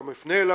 גם אפנה אליו,